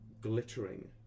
glittering